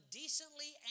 decently